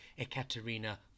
Ekaterina